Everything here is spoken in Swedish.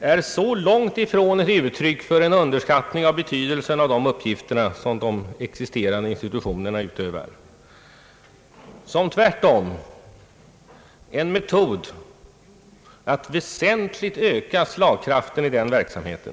är långt ifrån ett uttryck för en underskattning av betydelsen av de uppgifter som de existerande institutionerna utövar, utan tvärtom en metod att väsentligt öka slagkraften i den verksamheten.